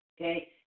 okay